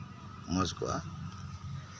ᱢᱚᱸᱡᱽ ᱠᱚᱜᱼᱟ